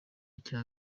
cya